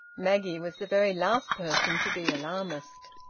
maggie was the very last person to be alarmist.